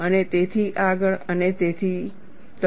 અને તેથી આગળ અને તેથી આગળ